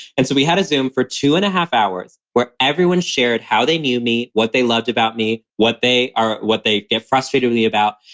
and so we had a zoom for two and a half hours where everyone shared how they knew me, what they loved about me, what they are, what they get frustrated with me about.